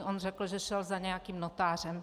On řekl, že šel za nějakým notářem.